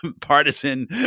partisan